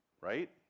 right